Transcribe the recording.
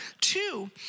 Two